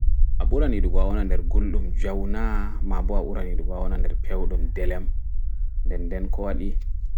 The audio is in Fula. A ɓuran yiɗugo a wona nɗer gulɗum jau naa maaɓo a ɓuran yiɗugo a wona nɗer pewɗum ɗelem nɗen nɗen ko waɗi.